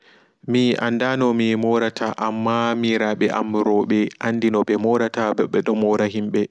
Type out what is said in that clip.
Mi anda nomi morata amma miraaɓe am roɓe andi noɓe morata ɓo ɓedo mora himɓe.